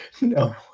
No